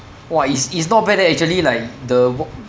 !wah! it's it's not bad leh actually like the w~